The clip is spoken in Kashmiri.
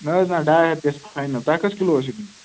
نہ حظ نہ ڈاے ہَتھ گژھِ فاینَل تۄہہِ کٔژ کِلوٗ ٲسوٕ نِنۍ